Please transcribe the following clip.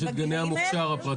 יש את גני המוכשר הפרטיים.